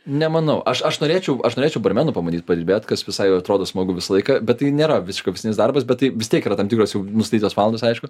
nemanau aš aš norėčiau aš norėčiau barmenu pabandyt padirbėt kas visai jau atrodo smagu visą laiką bet tai nėra viškoksinis darbas bet tai vis tiek yra tam tikros jau nustatytos valandos aišku